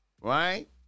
right